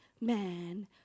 man